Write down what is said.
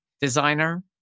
designer